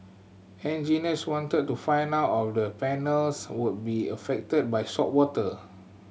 engineers wanted to find out of the panels would be affected by saltwater